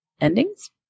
endings